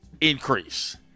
increase